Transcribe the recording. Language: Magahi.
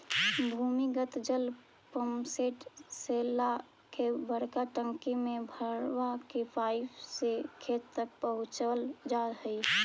भूमिगत जल पम्पसेट से ला के बड़का टंकी में भरवा के पाइप से खेत तक पहुचवल जा हई